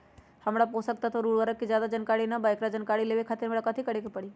हमरा पोषक तत्व और उर्वरक के ज्यादा जानकारी ना बा एकरा जानकारी लेवे के खातिर हमरा कथी करे के पड़ी?